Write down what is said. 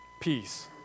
peace